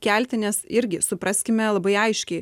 kelti nes irgi supraskime labai aiškiai